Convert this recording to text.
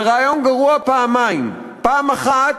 זה רעיון גרוע פעמיים: פעם אחת,